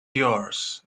yours